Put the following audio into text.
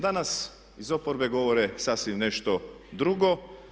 Danas iz oporbe govore sasvim nešto drugo.